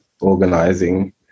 organizing